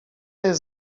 jest